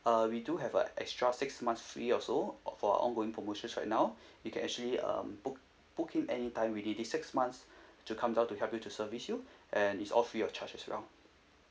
uh we do have a extra six months free also for our ongoing promotions right now you can actually um book book in anytime within this six months to come down to help you to service you and is all free of charge as well